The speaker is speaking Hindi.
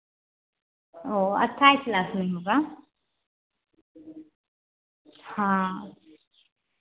वो अट्ठाइस लाख में ही होगा हाँ